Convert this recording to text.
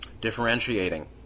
differentiating